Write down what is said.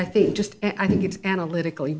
i think just i think it's analytical